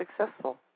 successful